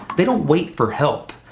they don't wait for help.